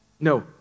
No